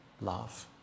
love